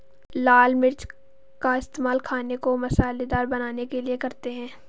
लाल मिर्च का इस्तेमाल खाने को मसालेदार बनाने के लिए करते हैं